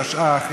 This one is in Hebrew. התשע"ח 2018,